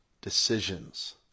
decisions